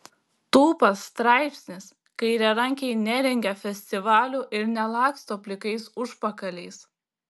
tūpas straipsnis kairiarankiai nerengia festivalių ir nelaksto plikais užpakaliais